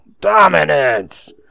Dominance